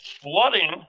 flooding